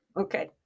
Okay